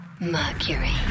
Mercury